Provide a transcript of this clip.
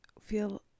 feel